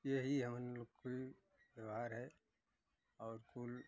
यही हम लोग की व्यवहार है और कुल